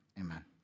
amen